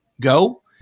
go